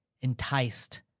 enticed